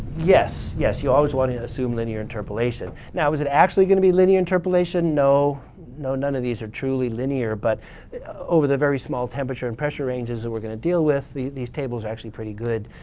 yes, yes. you always want to assume linear interpolation. now, is it actually going to be linear interpolation? no. no, none of these are truly linear, but over the very small temperature and pressure ranges that we're going to deal with, these tables are actually pretty good.